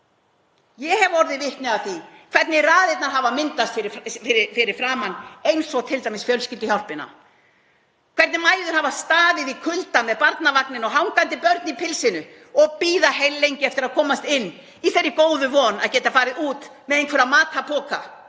Ég hef orðið vitni að því hvernig raðirnar hafa myndast fyrir framan t.d. Fjölskylduhjálpina, hvernig mæður hafa staðið í kulda með barnavagninn og hangandi börn í pilsinu og bíða heillengi eftir að komast inn í þeirri góðu von að geta farið út með einhverja matarpoka